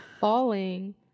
falling